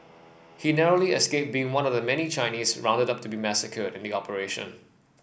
he narrowly escaped being one of the many Chinese rounded to be massacred in the operation